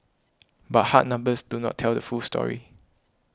but hard numbers do not tell the full story